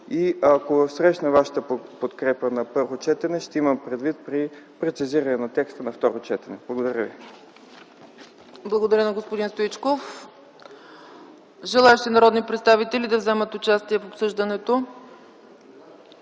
ако срещне вашата подкрепа на първо четене, ще имам предвид при прецизиране на текста на второ четене. Благодаря ви. ПРЕДСЕДАТЕЛ ЦЕЦКА ЦАЧЕВА: Благодаря на господин Стоичков. Желаещи народни представители да вземат участие в обсъждането